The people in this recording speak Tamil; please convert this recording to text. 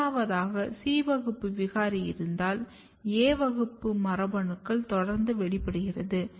மூன்றாவதாக C வகுப்பு விகாரி இருந்தால் A வகுப்பு மரபணுக்கள் தொடர்ந்து வெளிப்படுகிறது